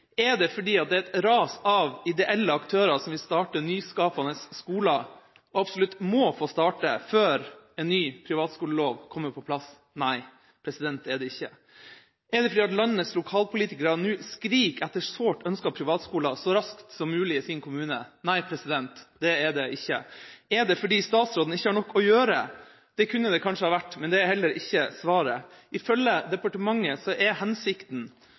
Er det fordi et ras av ideelle aktører som vil skape nyskapende skoler, absolutt må få starte før en ny privatskolelov kommer på plass? Nei, det er det ikke. Er det fordi landets lokalpolitikere nå skriker etter sårt ønskede privatskoler så raskt som mulig i sin kommune? Nei, det er det ikke. Er det fordi statsråden ikke har nok å gjøre? Det kunne det kanskje være, men det er heller ikke svaret. Ifølge departementet er hensikten